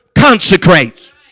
consecrates